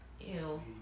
Ew